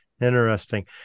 Interesting